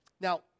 Now